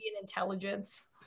intelligence